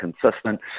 consistent